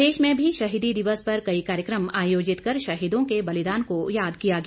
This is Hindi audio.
प्रदेश में भी शहीदी दिवस पर कई कार्यक्रम आयोजित कर शहीदों के बलिदान को याद किया गया